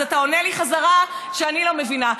אז אתה עונה לי חזרה שאני לא מבינה.